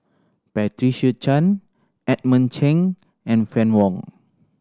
Patricia Chan Edmund Cheng and Fann Wong